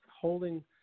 holding